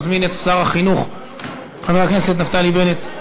נזמין את שר החינוך חבר הכנסת נפתלי בנט,